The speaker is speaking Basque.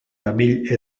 tamil